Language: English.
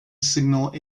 signal